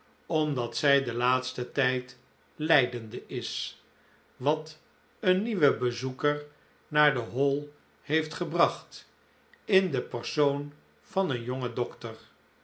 omdat zij den laatsten tijd lijdende is wat een nieuwen bezoeker naar de hall heeft gebracht in den persoon van een jongen dokter